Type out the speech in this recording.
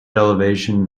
elevation